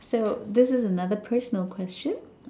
so this is another personal question